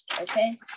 okay